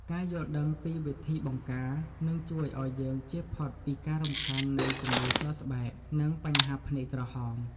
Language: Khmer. ការយល់ដឹងពីវិធីបង្ការនឹងជួយឱ្យយើងចៀសផុតពីការរំខាននៃជំងឺសើស្បែក និងបញ្ហាភ្នែកក្រហម។